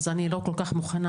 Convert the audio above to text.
אז אני לא כל כך מוכנה.